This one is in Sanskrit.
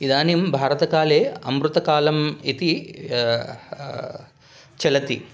इदानीं भारतकाले अमृतकालम् इति चलति